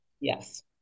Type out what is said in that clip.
Yes